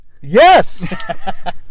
Yes